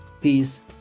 peace